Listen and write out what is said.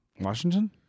Washington